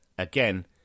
again